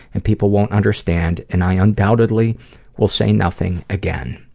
and people won't understand and i undoubtedly will say nothing again.